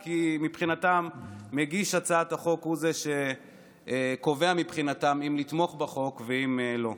כי מגיש הצעת החוק הוא זה שקובע מבחינתם אם לתמוך בחוק ואם לא.